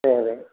சரி